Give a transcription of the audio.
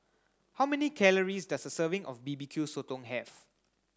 how many calories does a serving of B B Q Sotong have